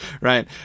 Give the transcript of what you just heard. right